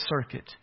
circuit